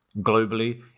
globally